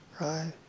Right